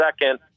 second